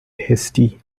hasty